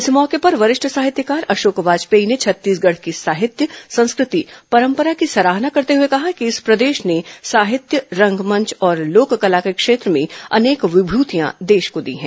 इस मौके पर वरिष्ठ साहित्यकार अशोक वाजपेयी ने छत्तीसगढ़ की साहित्य संस्कृति परम्परा की सराहना करते हए कहा कि इस प्रदेश ने साहित्य रंगमंच और लोककला के क्षेत्र में अनेक विभृतियां देश को दी हैं